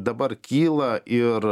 dabar kyla ir